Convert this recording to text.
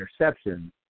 interceptions